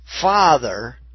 father